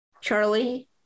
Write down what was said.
Charlie